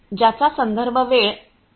ज्याचा आहे